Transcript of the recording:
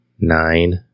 nine